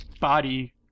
body